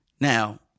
Now